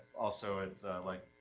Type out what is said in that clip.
also it's like,